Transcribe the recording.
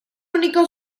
único